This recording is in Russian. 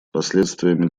последствиями